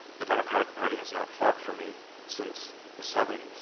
the democratic party has not fought for me since the seventy s.